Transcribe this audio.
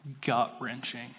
gut-wrenching